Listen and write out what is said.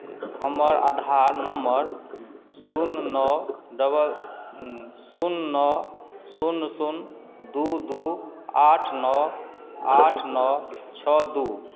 हमर आधार नम्बर शून्य नओ डबल शून्य नओ शून्य शून्य दू दू आठ नओ आठ नओ छओ दू